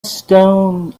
stone